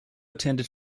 attended